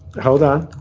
hold on.